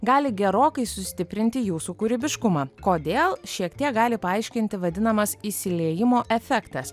gali gerokai sustiprinti jūsų kūrybiškumą kodėl šiek tiek gali paaiškinti vadinamas įsiliejimo efektas